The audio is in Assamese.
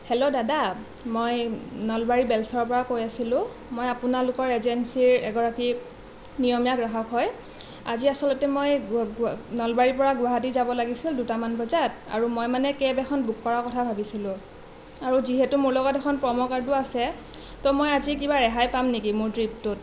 হেল্ল' দাদা মই নলবাৰী বেলশৰৰ পৰা কৈ আছিলো মই আপোনালোকৰ এজেঞ্চিৰ এগৰাকী নিয়মীয়া গ্ৰাহক হয় আজি আচলতে মই নলবাৰীৰ পৰা গুৱাহাটী যাব লাগিছিল দুটামান বজাত আৰু মই মানে কেব এখন বুক কৰা কথা ভাবিছিলোঁ আৰু যিহেতু মোৰ লগত এখন প্ৰ'মো কাৰ্ডো আছে তো মই আজি কিবা ৰেহাই পাম নেকি মোৰ ট্ৰিপটোত